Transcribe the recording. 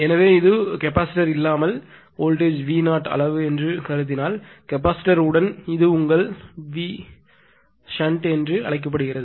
எனவே இது கெப்பாசிட்டர் இல்லாமல் வோல்டேஜ்V0 அளவு என்று கருதினால் கெப்பாசிட்டர் உடன் இது உங்கள் Vsht என்று அழைக்கப்படுகிறது